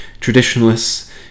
Traditionalists